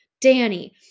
Danny